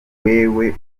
wewe